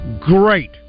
great